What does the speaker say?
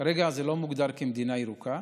כרגע זה לא מוגדר כמדינה ירוקה,